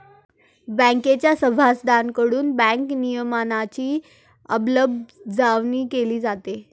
बँकेच्या सभासदांकडून बँक नियमनाची अंमलबजावणी केली जाते